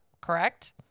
correct